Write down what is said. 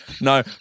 no